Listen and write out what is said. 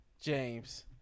James